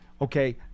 Okay